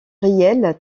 réel